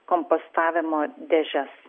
kompostavimo dėžes